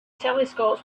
telescopes